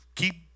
keep